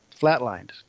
flatlined